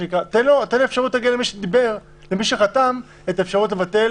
תן למי שחתם את האפשרות לבטל